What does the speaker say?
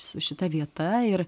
su šita vieta ir